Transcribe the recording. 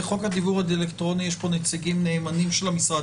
יש פה נציגים נאמנים של המשרד,